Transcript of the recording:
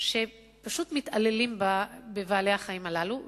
שפשוט מתעללים בבעלי-החיים הללו.